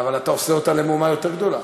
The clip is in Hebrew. אבל אתה עושה אותה למהומה יותר גדולה.